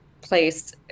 place